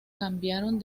cambiaron